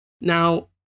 Now